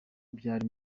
byari